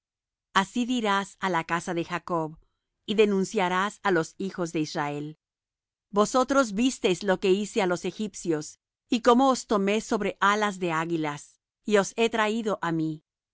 así dirás á la casa de jacob y denunciarás á los hijos de israel vosotros visteis lo que hice á los egipcios y cómo os tomé sobre alas de águilas y os he traído á mí